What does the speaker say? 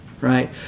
right